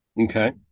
okay